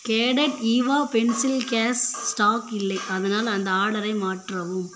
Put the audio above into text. cadet ஈவா pencil case stock இல்லை அதனால் அந்த ஆர்டரை மாற்றவும்